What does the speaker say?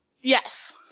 Yes